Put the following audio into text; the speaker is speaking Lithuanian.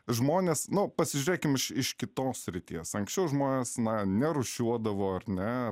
žmonės nu pasižiūrėkim iš kitos srities anksčiau žmonės na nerūšiuodavo ar ne